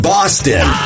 Boston